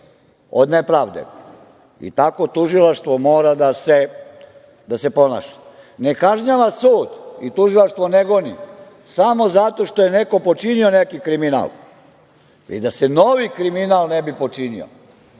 od nepravde i tako tužilaštvo mora da se ponaša. Ne kažnjava sud i tužilaštvo ne goni samo zato što je neko počinio neki kriminal, već da se novi kriminal ne bi počinio.